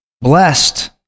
blessed